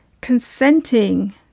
consenting